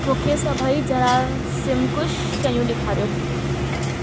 मूंखे सभई ज़रासीमकुश शयूं ॾेखारियो